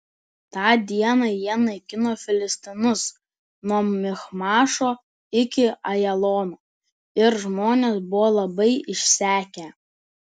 tą dieną jie naikino filistinus nuo michmašo iki ajalono ir žmonės buvo labai išsekę